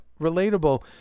relatable